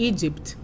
Egypt